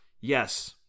Yes